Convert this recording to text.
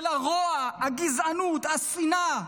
של הרוע, הגזענות, השנאה,